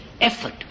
effort